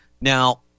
Now